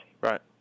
Right